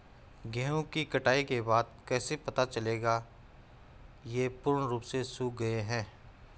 गेहूँ की कटाई के बाद कैसे पता चलेगा ये पूर्ण रूप से सूख गए हैं?